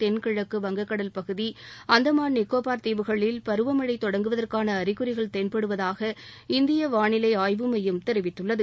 தென்கிழக்கு வங்கக்கடல் பகுதி அந்தமான் நிக்கோபார் தீவுகளில் பருவமழை தொடங்குவதற்கான அறிகுறிகள் தென்படுவதாக இந்திய வானிலை ஆய்வு மையம் தெரிவித்துள்ளது